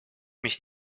mich